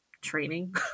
training